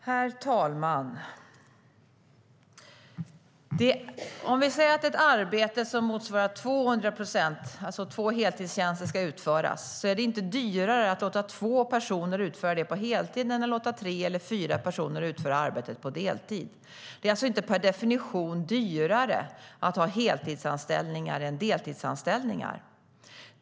Herr talman! Om ett arbete som motsvarar 200 procent, alltså två heltidstjänster, ska utföras, är det inte dyrare att låta två personer utföra det på heltid än att låta tre eller fyra personer utföra arbetet på deltid. Det är alltså inte per definition dyrare att ha heltidsanställningar än deltidsanställningar.